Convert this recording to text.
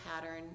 pattern